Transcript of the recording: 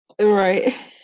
right